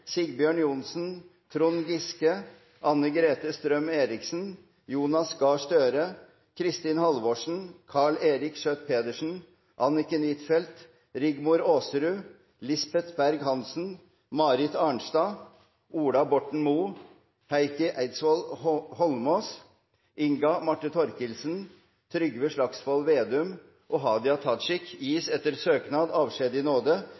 Sigbjørn Johnsen, Trond Giske, Anne-Grete Strøm-Erichsen, Jonas Gahr Støre, Kristin Halvorsen, Karl Eirik Schjøtt-Pedersen, Anniken Huitfeldt, Rigmor Aasrud, Lisbeth Berg-Hansen, Marit Arnstad, Ola Borten Moe, Heikki Eidsvoll Holmås, Inga Marte Thorkildsen, Trygve Slagsvold Vedum og Hadia Tajik gis etter søknad avskjed i nåde